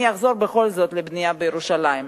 אני אחזור בכל זאת לבנייה בירושלים.